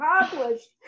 accomplished